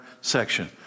section